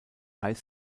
high